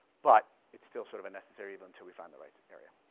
but it's still sort of a necessary evil until we find the right area.